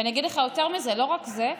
ואגיד לך יותר מזה: לא רק זה,